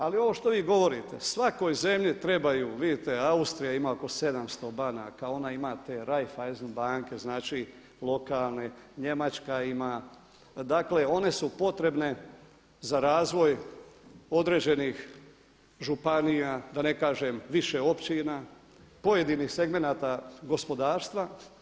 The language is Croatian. Ali ovo što vi govorite, svakoj zemlji trebaju, vidite Austrija ima oko 700 banaka, ona ima te Raiffeisen banke, znači lokalne, Njemačka ima, dakle one su potrebne za razvoj određenih županija da ne kažem više općina, pojedinih segmenata gospodarstva.